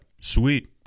sweet